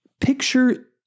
picture